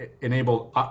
enabled